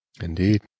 Indeed